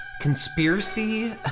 conspiracy